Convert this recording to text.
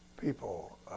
People